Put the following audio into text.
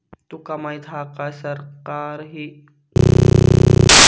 तुका माहीत हा काय, सरकारही कर सवलतीच्या स्वरूपात पेन्शनमध्ये पण योगदान देता